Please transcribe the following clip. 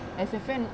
as a friend